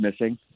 missing